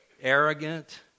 arrogant